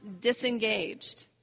disengaged